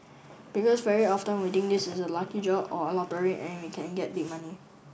because very often we think this is a lucky draw or a lottery and we can get big money